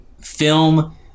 film